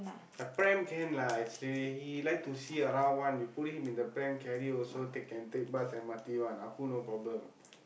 a pram can lah actually he like to see around one you put him in a pram carry also take can take bus M_R_T one Appu no problem